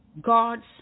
God's